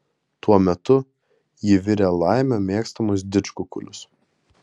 tuo metu ji virė laimio mėgstamus didžkukulius